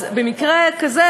אז במקרה כזה,